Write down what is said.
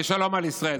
ושלום על ישראל.